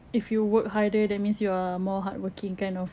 if you work harder that means you are more hardworking kind of